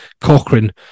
Cochrane